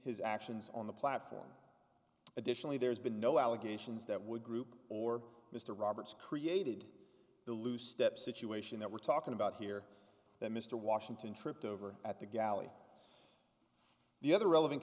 his actions on the platform additionally there's been no allegations that would group or mr roberts created the lou step situation that we're talking about here that mr washington tripped over at the galley the other rele